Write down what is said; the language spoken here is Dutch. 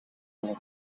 een